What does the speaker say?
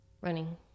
running